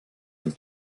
une